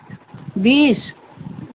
बीस